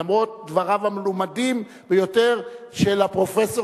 למרות דבריו המלומדים ביותר של הפרופסור